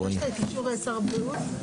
את אישורי שר הבריאות.